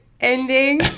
ending